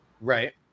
Right